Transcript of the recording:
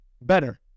Better